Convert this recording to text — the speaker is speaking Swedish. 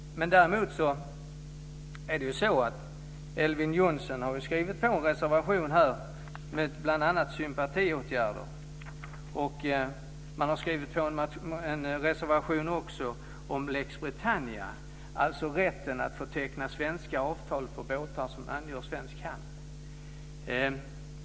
Elver Jonsson har skrivit på en reservation om bl.a. sympatiåtgärder och även en reservation om lex Britannia, dvs. rätten att teckna svenska avtal för båtar som angör svensk hamn.